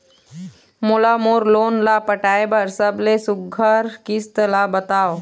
मोला मोर लोन ला पटाए बर सबले सुघ्घर किस्त ला बताव?